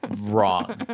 Wrong